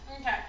Okay